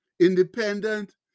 independent